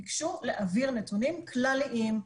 ביקשו להעביר נתונים כלליים,